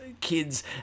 kids